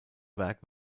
werk